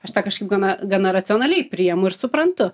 aš tą kažkaip gana gana racionaliai priimu ir suprantu